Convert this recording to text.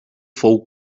fou